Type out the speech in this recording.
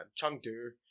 Chengdu